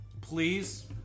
Please